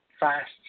fast